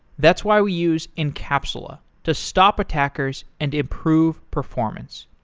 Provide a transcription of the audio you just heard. that's why we use encapsula to stop attackers and improve performance.